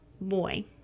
boy